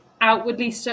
outwardly